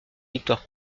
victoire